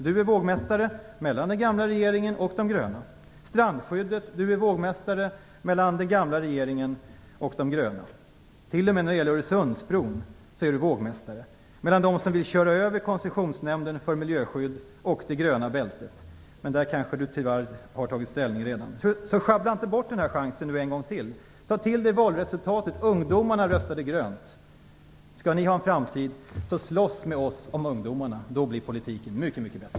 Han är vågmästare mellan den gamla regeringen och de gröna när det gäller rejäla miljöavgifter på bekämpningsmedel. Han är vågmästare mellan den gamla regeringen och de gröna när det gäller strandskyddet. T.o.m. när det gäller Öresundsbron är han vågmästare mellan dem som vill köra över Koncessionsnämnden för miljöskydd och det gröna bältet. Men där har Ingvar Carlsson tyvärr kanske redan tagit ställning. Sjabbla inte bort den här chansen en gång till! Ta till er valresultatet! Ungdomarna röstade grönt. Skall ni ha en framtid får ni slåss med oss om ungdomarna. Då blir politiken mycket, mycket bättre.